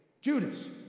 Judas